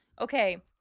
Okay